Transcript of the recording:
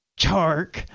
Chark